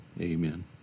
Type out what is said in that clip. amen